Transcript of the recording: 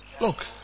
Look